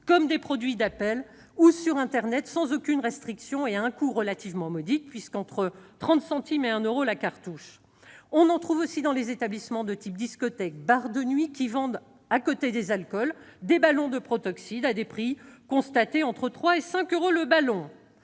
comme des produits d'appel ou sur internet, sans aucune restriction, et à un coût relativement modique- entre 30 centimes et 1 euro la cartouche. On en trouve aussi dans les établissements de type discothèques, bars de nuit, qui vendent à côté des alcools, des ballons de protoxyde à des prix constatés entre 3 et 5 euros le ballon.